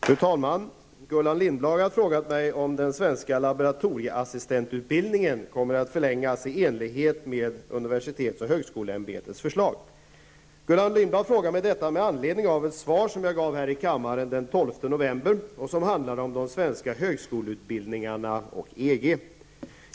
Fru talman! Gullan Lindblad har frågat mig om den svenska laboratorieassistentutbildningen kommer att förlängas i enlighet med UHÄs förslag. Gullan Lindblad frågar detta med anledning av ett svar som jag gav här i kammaren den 12 november och som handlade om de svenska högskoleutbildningarna och EG.